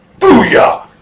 Booyah